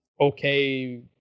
okay